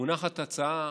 מונחת הצעה